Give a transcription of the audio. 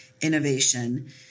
innovation